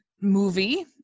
movie